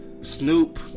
Snoop